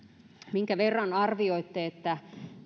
minkä verran arvioitte että